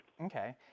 Okay